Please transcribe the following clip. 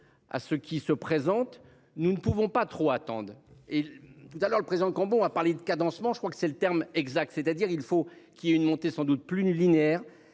À ce qui se présente, nous ne pouvons pas trop attendent et tout à l'heure le président Cambon a parlé de cadencement. Je crois que c'est le terme exact, c'est-à-dire il faut qu'il y ait une montée sans doute plus linéaire